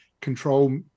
control